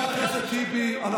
מי